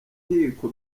nkiko